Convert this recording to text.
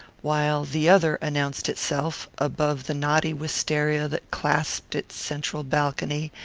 while the other announced itself, above the knotty wistaria that clasped its central balcony,